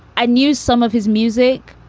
i knew some of his music.